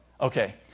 Okay